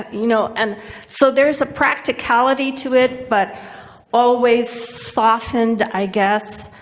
ah you know, and so there's a practicality to it but always softened, i guess,